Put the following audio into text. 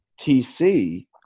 TC